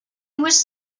was